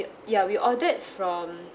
ya we ordered from